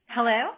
Hello